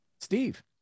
Steve